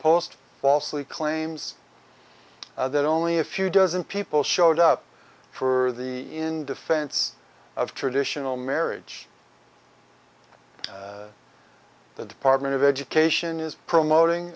post falsely claims that only a few dozen people showed up for the in defense of traditional marriage the department of education is promoting